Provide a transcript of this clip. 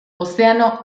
ozeano